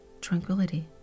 tranquility